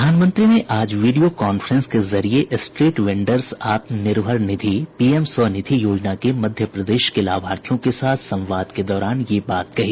प्रधानमंत्री ने आज वीडियो कांफ्रेंस के जरिए street vendors Atmanirbhar Nidhi PM Svanidhi योजना के मध्य प्रदेश के लाभार्थियों के साथ संवाद के दौरान यह बात कही